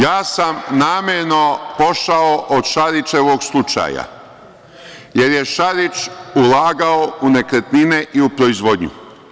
Ja sam namerno pošao od Šarićevog slučaja, jer je Šarić ulagao u nekretnine i u proizvodnju.